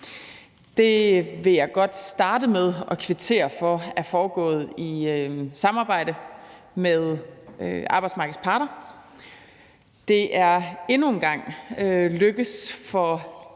Det vil jeg godt starte med at kvittere for er foregået i samarbejde med arbejdsmarkedets parter. Det er endnu en gang lykkedes for